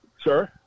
Sir